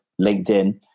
LinkedIn